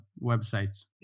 websites